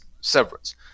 severance